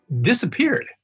disappeared